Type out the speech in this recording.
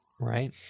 Right